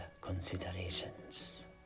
considerations